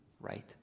right